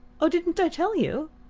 oh didn't i tell you?